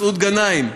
מסעוד גנאים,